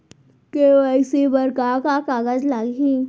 KYC बर का का कागज लागही?